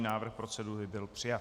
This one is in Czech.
Návrh procedury byl přijat.